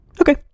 Okay